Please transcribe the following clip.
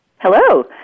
Hello